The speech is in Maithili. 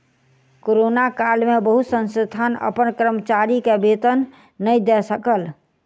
कोरोना काल में बहुत संस्थान अपन कर्मचारी के वेतन नै दय सकल